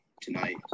tonight